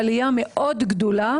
גדולה